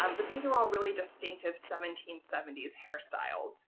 um but these are all really distinctive seventeen seventy s hairstyles.